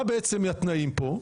מה התנאים פה?